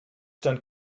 stand